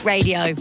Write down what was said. Radio